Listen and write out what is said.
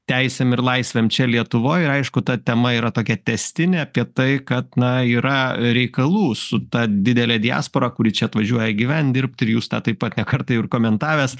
teisėm ir laisvėm čia lietuvoj aišku ta tema yra tokia tęstinė apie tai kad na yra reikalų su ta didele diaspora kuri čia atvažiuoja gyvent dirbt ir jūs tą taip pat ne kartą ir komentavęs